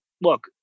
look